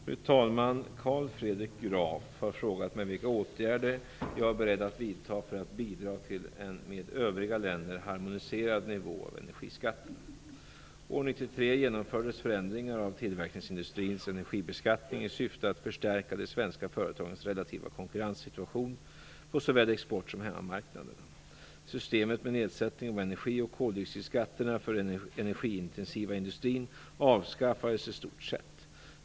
Fru talman! Carl Fredrik Graf har frågat mig vilka åtgärder jag är beredd att vidta för att bidra till en med övriga länder harmoniserad nivå på energiskatterna. År 1993 genomfördes förändringar av tillverkningsindustrins energibeskattning i syfte att förstärka de svenska företagens relativa konkurrenssituation på såväl export som hemmamarknaden. Systemet med nedsättning av energi och koldioxidskatterna för den energiintensiva industrin avskaffades i stort sett.